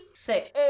Say